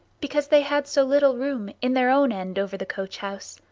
because they had so little room in their own end over the coach-house